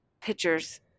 pictures